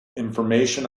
information